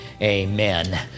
amen